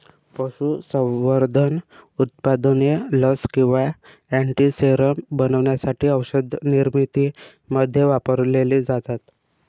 पशुसंवर्धन उत्पादने लस किंवा अँटीसेरम बनवण्यासाठी औषधनिर्मितीमध्ये वापरलेली जातात